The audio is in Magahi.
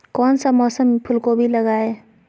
कौन सा मौसम में फूलगोभी लगाए?